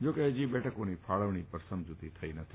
જા કે હજી બેઠકોની ફાળવણી પર સમજુતી થઈ નથી